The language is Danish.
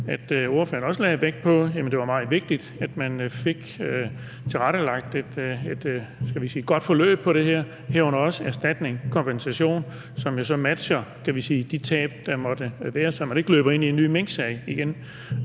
at ordføreren lagde vægt på, at det var meget vigtigt, at man fik tilrettelagt et godt forløb i det her, herunder også erstatning, kompensation, som matcher de tab, der måtte være, så man ikke løber ind i en ny minksag igen.